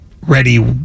ready